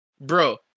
bro